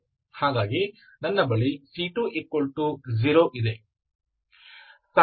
ಹಾಗಾಗಿ ನನ್ನ ಬಳಿ c10 ಇದೆ